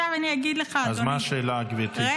אז מה השאלה, גברתי?